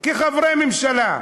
כחברי ממשלה,